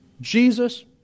Jesus